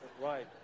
Right